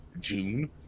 June